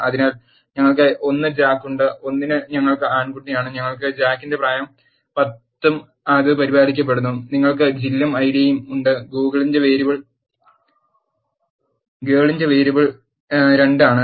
അതിനാൽ ഞങ്ങൾക്ക് 1 ജാക്ക് ഉണ്ട് 1 ന് ഞങ്ങൾക്ക് ആൺകുട്ടിയുണ്ട് ഞങ്ങൾക്ക് ജാക്കിന്റെ പ്രായം 10 ഉം അത് പരിപാലിക്കപ്പെടുന്നു നിങ്ങൾക്ക് ജിലും ഐഡിയും ഉണ്ട് ഗൂഗിളിന്റെ വേരിയബിൾ 2 ആണ്